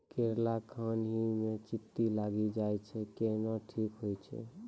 करेला खान ही मे चित्ती लागी जाए छै केहनो ठीक हो छ?